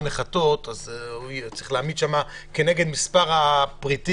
זה משהו שדורש ממנו עובדים כמו מספר הפריטים,